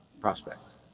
prospects